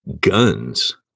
guns